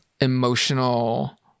emotional